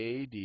ad